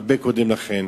הרבה קודם לכן.